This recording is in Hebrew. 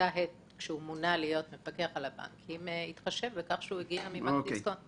כשהוא מונה להיות מפקח על הבנקים התחשב בכך שהוא הגיע מבנק דיסקונט.